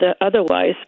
otherwise